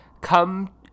come